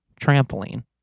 trampoline